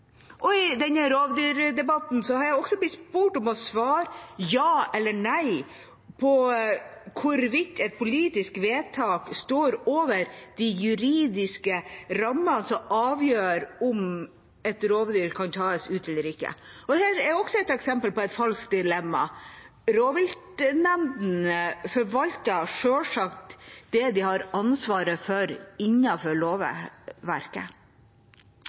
I rovdyrdebatten har jeg også blitt spurt om å svare ja eller nei på hvorvidt et politisk vedtak står over de juridiske rammene som avgjør om et rovdyr kan tas ut eller ikke. Dette er også et eksempel på et falskt dilemma. Rovviltnemdene forvalter selvsagt det de har ansvar for, innenfor lovverket.